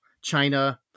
China